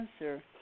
answer